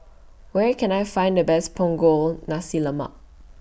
Where Can I Find The Best Punggol Nasi Lemak